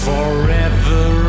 Forever